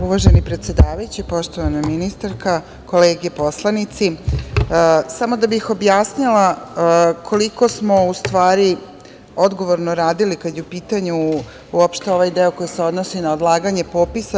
Uvaženi predsedavajući, poštovana ministarka, kolege poslanici, samo da bih objasnila koliko smo u stvari odgovorno radili kada je u pitanju ovaj deo koji se odnosi na odlaganje popisa.